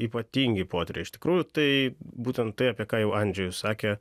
ypatingi potyriai iš tikrųjų tai būtent tai apie ką jau andžejus sakė